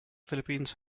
philippines